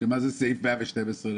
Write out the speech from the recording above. מה זה סעיף 112?